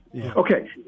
Okay